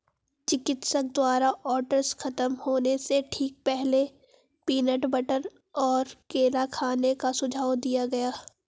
चिकित्सक द्वारा ओट्स खत्म होने से ठीक पहले, पीनट बटर और केला खाने का सुझाव दिया गया